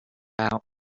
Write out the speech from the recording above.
out